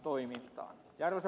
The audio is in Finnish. arvoisa puhemies